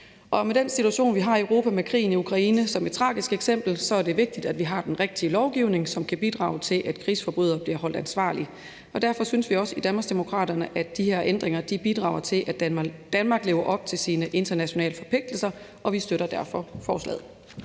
Med den situation, vi har i Europa, og med krigen i Ukraine som et tragisk eksempel er det vigtigt, at vi har den rigtige lovgivning, som kan bidrage til, at krigsforbrydere bliver holdt ansvarlige, og derfor synes vi også i Danmarksdemokraterne, at de her ændringer bidrager til, at Danmark lever op til sine internationale forpligtelser, og vi støtter derfor forslaget.